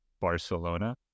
Barcelona